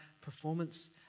performance